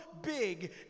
big